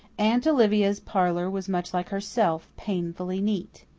aunt olivia's parlour was much like herself painfully neat.